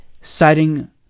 citing